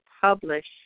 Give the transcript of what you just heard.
publish